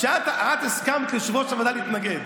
כשאת הסכמת ליושב-ראש הוועדה להתנגד,